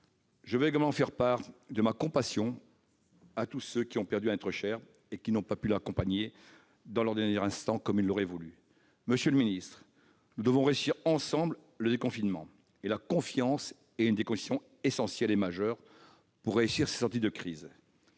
Je veux aussi faire part de ma compassion à tous ceux qui ont perdu un être cher et n'ont pas pu l'accompagner dans leurs derniers instants. Monsieur le ministre, nous devons réussir ensemble le déconfinement. La confiance est l'une des conditions essentielles et majeures pour réussir cette sortie de crise.